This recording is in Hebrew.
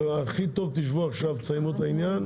הכי טוב שתשבו עכשיו ותסיימו את העניין.